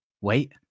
wait